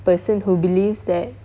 person who believes that